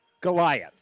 Goliath